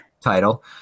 title